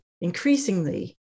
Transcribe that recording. increasingly